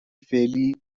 فعلی